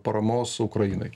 paramos ukrainai